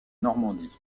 normandie